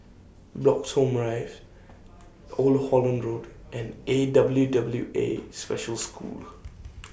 Bloxhome Drives Old Holland Road and A W W A Special School